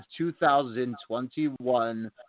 2021